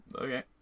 Okay